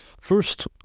First